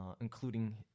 including